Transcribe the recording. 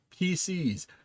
PCs